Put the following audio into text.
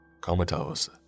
Comatose